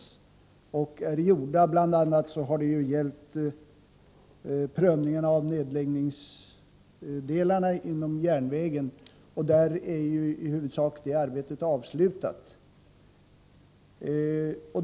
I uppgifterna har bl.a. ingått prövningarna i samband med nedläggningar av järnvägsbandelar, och det arbetet är i huvudsak avslutat.